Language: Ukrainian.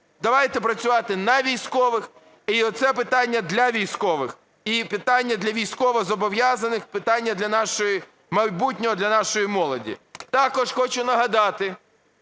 давайте працювати на військових і це питання для військових, і питання для військовозобов'язаних, питання для нашого майбутнього, для нашої молоді. Також хочу нагадати,